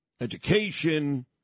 education